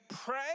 pray